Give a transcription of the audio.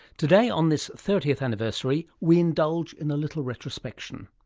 today on this thirtieth anniversary we indulge in a little retrospection.